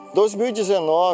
2019